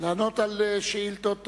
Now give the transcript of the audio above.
לענות על שאילתות רגילות.